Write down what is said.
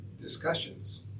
discussions